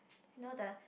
no the